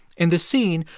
in this scene,